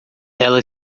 ela